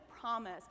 promise